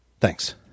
Thanks